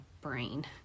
brain